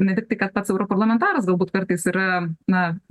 ne tiktai kad pats europarlamentaras galbūt kartais yra na